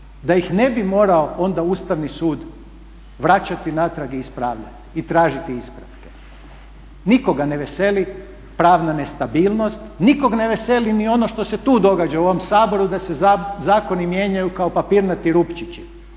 da ih ne bi morao onda ustavni sud vraćati natrag i ispravljati i tražiti ispravke. Nikoga ne veseli pravna nestabilnost, nikog ne veseli ni ono što se tu događa u ovom Saboru da se zakoni mijenjaju kao papirnati rupčići,